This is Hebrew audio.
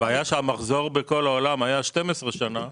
הבעיה שהמחזור בכל העולם היה 12 שנה,